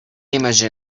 image